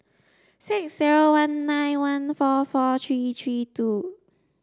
six zero one nine one four four three three two